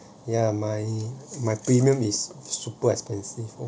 ya my my premium is super expensive